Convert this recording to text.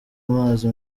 amazi